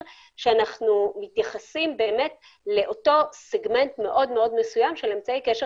שאנחנו מתייחסים לאותו סגמנט מאוד מסוים של אמצעי קשר